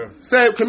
say